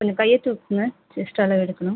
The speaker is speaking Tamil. கொஞ்சம் கையை தூக்குங்கள் செஸ்ட் அளவு எடுக்கணும்